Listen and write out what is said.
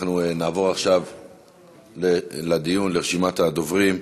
אנחנו נעבור עכשיו לדיון, לרשימת הדוברים.